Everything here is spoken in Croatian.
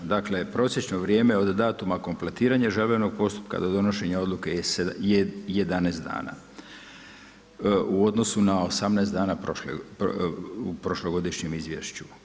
Dakle, prosječno vrijeme od datuma kompletiranja žalbenog postupka do donošenja odluke je 11 dana u odnosu na 18 dana u prošlogodišnjem izvješću.